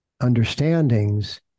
understandings